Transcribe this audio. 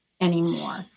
anymore